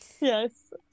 Yes